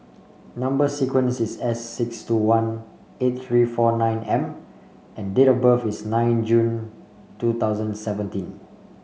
number sequence is S six two one eight three four nine M and date of birth is nine June two thousand seventeen